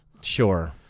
Sure